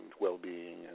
well-being